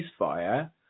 ceasefire